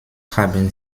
haben